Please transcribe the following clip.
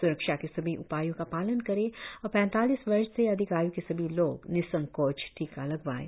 स्रक्षा के सभी उपायों का पालन करें और पैतालीस वर्ष से अधिक आय् के सभी लोग निसंकोच टीका लगवाएं